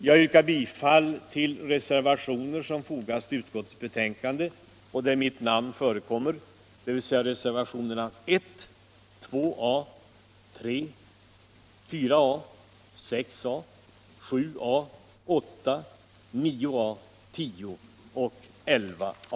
Jag yrkar bifall till de reservationer i betänkandet där mitt namn förekommer, dvs. reservationerna 1, 2A, 3, 4A, 6A, 7A, 8, 9 A, 10 och I11A.